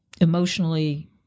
emotionally